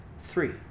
Three